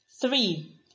Three